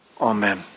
Amen